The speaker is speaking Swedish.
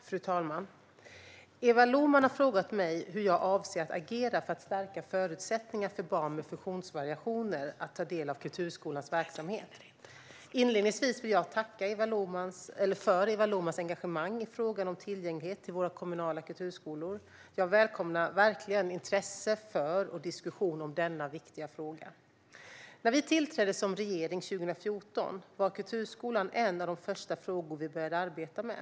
Fru talman! Eva Lohman har frågat mig hur jag avser att agera för att stärka förutsättningarna för barn med funktionsvariationer att ta del av kulturskolornas verksamhet. Inledningsvis vill jag tacka för Eva Lohmans engagemang i frågan om tillgänglighet till våra kommunala kulturskolor. Jag välkomnar verkligen intresse för och diskussion om denna viktiga fråga. När vi tillträdde som regering 2014 var kulturskolan en av de första frågorna vi började arbeta med.